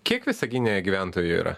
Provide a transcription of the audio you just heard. kiek visagine gyventojų yra